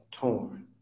torn